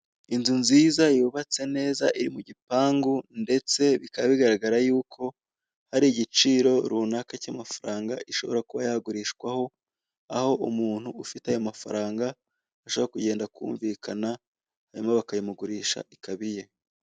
Inzu nziza yubatse neza iri mu gipangu ndetse bikaba bigaragara yuko hari igiciro runaka cy'amafaranga ishobora kuba yagurishwaho aho umuntu ufite ayo mafaranga ashobora kugenda akumvikana hanyuma bakayimugurisha ikaba iye.